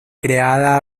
creada